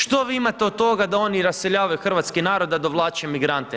Što vi imate od toga da oni raseljavaju hrvatski narod, a dovlače migrante?